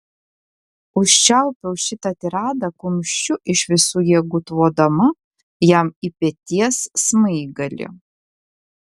užčiaupiau šitą tiradą kumščiu iš visų jėgų tvodama jam į peties smaigalį